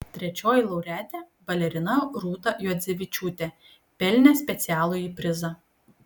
trečioji laureatė balerina rūta juodzevičiūtė pelnė specialųjį prizą